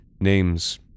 Names